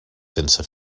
sense